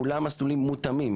כולם מסלולים מותאמים